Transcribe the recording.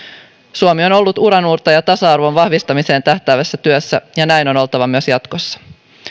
suomi on on ollut uranuurtaja tasa arvon vahvistamiseen tähtäävässä työssä ja näin on oltava myös jatkossa